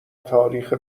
تاریخ